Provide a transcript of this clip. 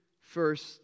first